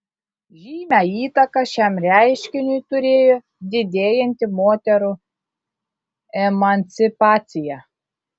žymią įtaką šiam reiškiniui turėjo didėjanti moterų emancipacija